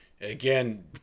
again